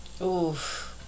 Oof